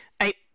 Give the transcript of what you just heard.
Eight